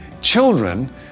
Children